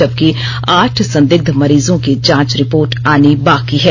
जबकि आठ संदिग्ध मरीजों की जांच रिपोर्ट आनी बाकी है